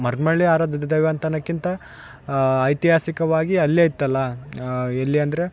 ಮರಿಯಮ್ನಳ್ಳಿ ಆರಾಧ್ಯದ ದೈವ ಅಂತ ಅನ್ನಕ್ಕಿಂತ ಐತಿಹಾಸಿಕವಾಗಿ ಅಲ್ಲೆ ಇತ್ತಲ್ಲ ಎಲ್ಲಿ ಅಂದರೆ